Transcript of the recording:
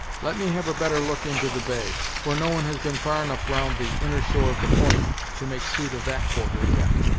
let me have a better look into the bay, for no one has been far enough round the inner shore of the point to make suit of that quarter yet.